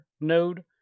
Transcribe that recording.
node